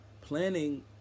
planning